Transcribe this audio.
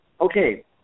okay